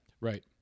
Right